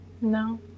No